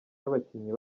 y’abakinnyi